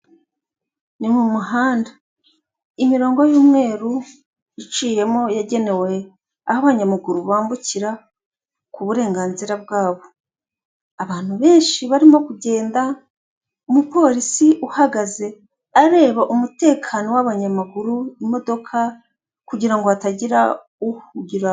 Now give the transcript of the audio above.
Ni mu muhanda, imirongo y'umweru iciyemo yagenewe aho abanyamaguru bambukira ku burenganzira bwabo, abantu benshi barimo kugenda, umupolisi uhagaze areba umutekano w'abanyamaguru, imodoka, kugiranngo hatagira uhugira.